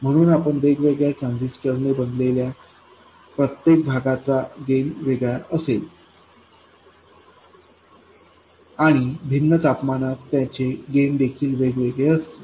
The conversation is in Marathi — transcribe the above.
म्हणून आपण वेगवेगळ्या ट्रान्झिस्टरने बनवलेल्या प्रत्येक भागाचा गेन वेगळा असेल आणि भिन्न तापमानात त्याचे गेन देखील वेगवेगळे असतील